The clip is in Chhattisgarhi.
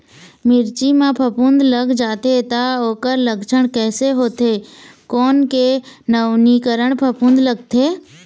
मिर्ची मा फफूंद लग जाथे ता ओकर लक्षण कैसे होथे, कोन के नवीनीकरण फफूंद लगथे?